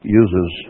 uses